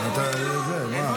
לסוף.